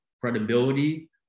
credibility